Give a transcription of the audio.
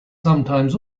sometimes